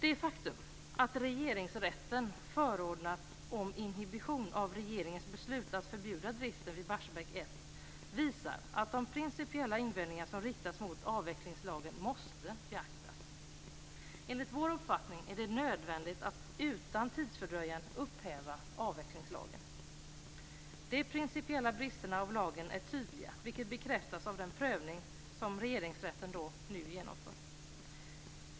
Det faktum att Regeringsrätten förordnat om inhibition av regeringens beslut att förbjuda driften vid Barsebäck 1 visar att de principiella invändningar som riktas mot avvecklingslagen måste beaktas. Enligt vår uppfattning är det nödvändigt att utan tidsfördröjan upphäva avvecklingslagen. De principiella bristerna av lagen är tydliga, vilket bekräftas av den prövning som Regeringsrätten nu genomför.